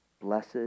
Blessed